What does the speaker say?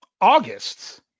August